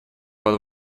под